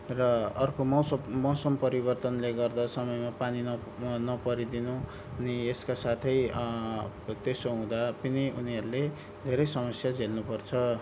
र अर्को मौसम मौसम परिवर्तनले गर्दा समयमा पानी न नपरिदिनु अनि यसका साथै त्यसो हुँदा पनि उनीहरूले धेरै समस्या झेल्नुपर्छ